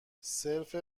صرف